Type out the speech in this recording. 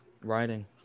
writing